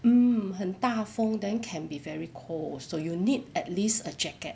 mm 很大风 then can be very cold so you need at least a jacket